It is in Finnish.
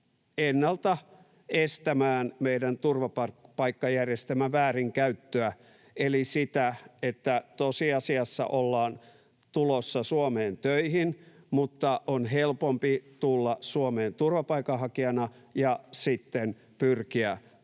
ennalta estämään meidän turvapaikkajärjestelmän väärinkäyttöä eli sitä, että tosiasiassa ollaan tulossa Suomeen töihin, mutta on helpompi tulla Suomeen turvapaikanhakijana ja sitten pyrkiä, kun